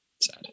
sad